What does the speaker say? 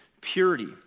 purity